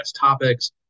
topics